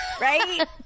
Right